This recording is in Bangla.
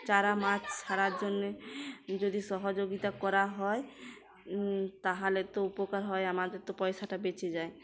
চারা মাছ ছড়ার জন্যে যদি সহযোগিতা করা হয় তাহলে তো উপকার হয় আমাদের তো পয়সাটা বেঁচে যায়